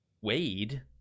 Wade